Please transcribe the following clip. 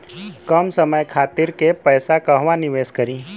कम समय खातिर के पैसा कहवा निवेश करि?